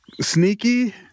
sneaky